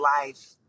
life